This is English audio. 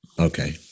Okay